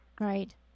Right